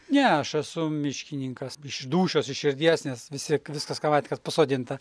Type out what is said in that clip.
ne aš esu miškininkas iš dūšios iš širdies nes visi viskas ką matėt kas pasodinta